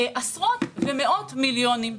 עשרות ומאות-מיליונים.